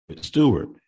Stewart